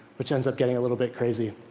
which ends up getting a little bit crazy.